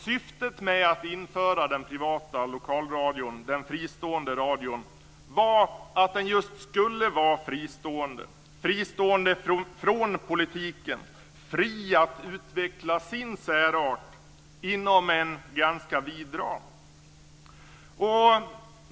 Syftet med att införa den privata lokalradion, den fristående radion, var att den skulle vara just fristående - fristående från politiken och fri att utveckla sin särart inom en ganska vid ram.